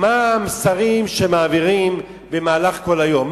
מה המסרים שמעבירים במהלך כל היום,